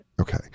Okay